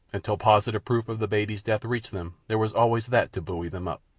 until positive proof of the baby's death reached them there was always that to buoy them up.